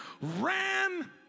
ran